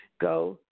Go